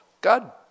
God